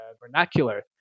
vernacular